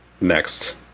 next